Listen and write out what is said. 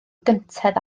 gynted